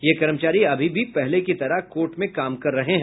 ये कर्मचारी अभी भी पहले की तरह कोर्ट में काम कर रहे हैं